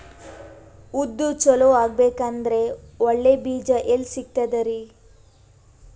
ಉದ್ದು ಚಲೋ ಆಗಬೇಕಂದ್ರೆ ಒಳ್ಳೆ ಬೀಜ ಎಲ್ ಸಿಗತದರೀ?